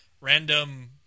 random